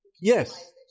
Yes